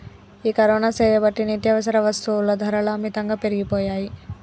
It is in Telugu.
ఈ కరోనా సేయబట్టి నిత్యావసర వస్తుల ధరలు అమితంగా పెరిగిపోయాయి